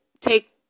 take